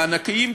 הענקיים,